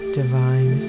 divine